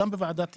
גם בוועדת חינוך,